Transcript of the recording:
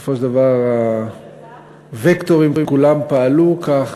בסופו של דבר הווקטורים כולם פעלו כך